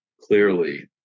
clearly